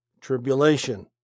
tribulation